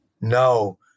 No